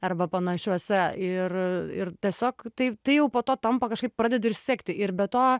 arba panašiuose ir ir tiesiog tai tai jau po to tampa kažkaip pradedi ir sekti ir be to